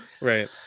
Right